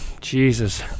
Jesus